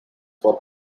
for